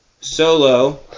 solo